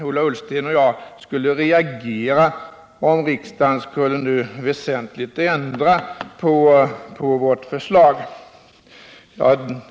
Ola Ullsten och jag skulle reagera om riksdagen väsentligt ändrade vårt förslag.